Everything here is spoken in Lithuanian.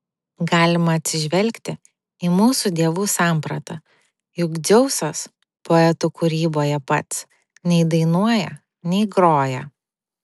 galima atsižvelgti į mūsų dievų sampratą juk dzeusas poetų kūryboje pats nei dainuoja nei groja